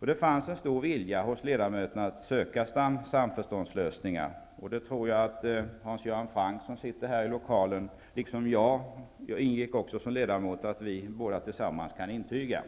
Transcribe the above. Det fanns en stor vilja hos ledamöterna att söka samförståndslösningar. Det tror jag att Hans Göran Franck som liksom jag också ingick som ledamot i kommittén kan intyga.